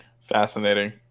Fascinating